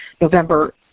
november